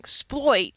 exploit